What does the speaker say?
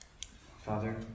Father